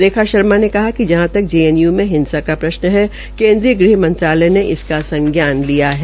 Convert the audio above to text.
रेखा शर्मा ने कहा कि जहां तक जेएनयू में हिंसा का प्रश्न है केन्द्रीय ग़्हमंत्रालय ने इसका संज्ञान लिया है